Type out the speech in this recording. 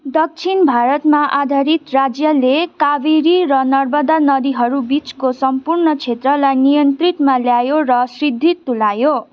दक्षिणी भारतमा आधारित राज्यले कावेरी र नर्मदा नदीहरूबिचको सम्पूर्ण क्षेत्रलाई नियन्त्रणमा लियो र सुदृढ तुल्यायो